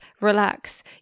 relax